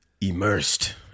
Immersed